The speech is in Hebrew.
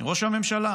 מראש הממשלה